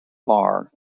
bar